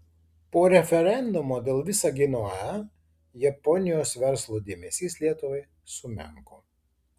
po referendumo dėl visagino ae japonijos verslo dėmesys lietuvai sumenko